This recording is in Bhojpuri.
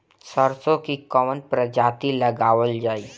सरसो की कवन प्रजाति लगावल जाई?